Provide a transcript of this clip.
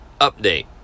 update